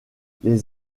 les